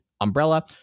umbrella